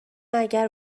اگر